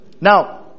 now